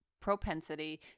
propensity